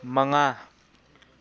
ꯃꯉꯥ